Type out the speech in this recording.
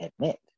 admit